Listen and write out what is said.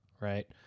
right